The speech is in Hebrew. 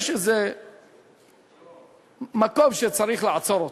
יש איזה מצב שצריך לעצור אותו.